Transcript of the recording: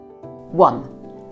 One